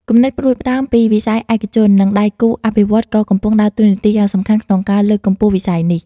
គំនិតផ្តួចផ្តើមពីវិស័យឯកជន និងដៃគូអភិវឌ្ឍន៍ក៏កំពុងដើរតួនាទីយ៉ាងសំខាន់ក្នុងការលើកកម្ពស់វិស័យនេះ ។